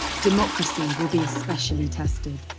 democracy will be especially tested